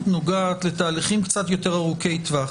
נוגעת לתהליכים קצת יותר ארוכי טווח